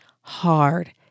hard